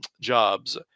jobs